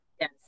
Yes